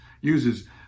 uses